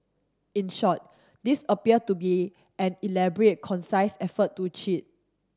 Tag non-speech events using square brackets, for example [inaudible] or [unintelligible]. in short this appeared to be an elaborate [unintelligible] effort to cheat